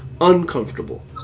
uncomfortable